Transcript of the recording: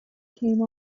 came